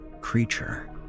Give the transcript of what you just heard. creature